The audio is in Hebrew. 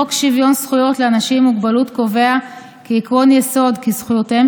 חוק שוויון זכויות לאנשים עם מוגבלות קובע כעקרון יסוד כי זכויותיהם